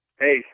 hey